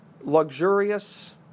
luxurious